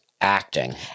acting